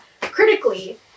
critically